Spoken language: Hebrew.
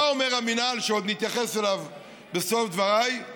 מה אומר המינהל, שעוד נתייחס אליו בסוף דבריי?